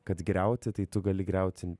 kad griauti tai tu gali griauti